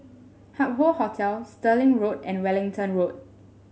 Hup Hoe Hotel Stirling Road and Wellington Road